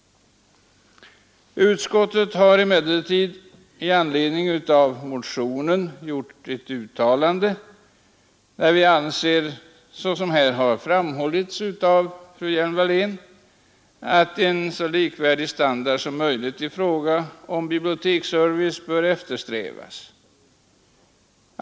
Utskottet har emellertid i anledning av motionen gjort ett uttalande, Vi anser, såsom här har framhållits av fru Hjelm-Wallén, att en likvärdig standard som möjligt i fråga om biblioteksservice bör eftersträvas.